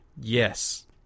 Yes